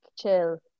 chill